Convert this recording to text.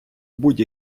будь